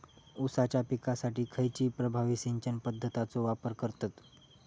ऊसाच्या पिकासाठी खैयची प्रभावी सिंचन पद्धताचो वापर करतत?